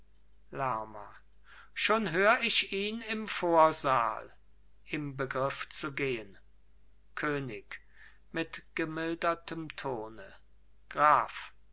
lerma schon hör ich ihn im vorsaal im begriff zu gehen könig mit gemildertem tone graf